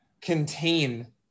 contain